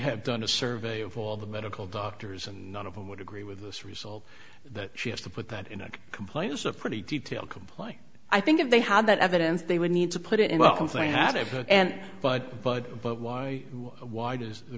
have done a survey of all the medical doctors and none of them would agree with this result that she has to put that in a complaint is a pretty detailed complaint i think if they had that evidence they would need to put it in well considering that it has and but but but why why does the